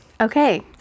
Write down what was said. Okay